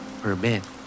Permit